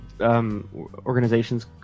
organizations